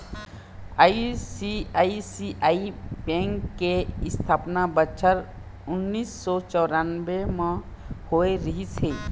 ICICI bank के इस्थापना बछर उन्नीस सौ चउरानबे म होय रिहिस हे